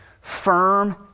firm